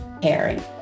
caring